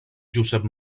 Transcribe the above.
josep